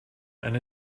and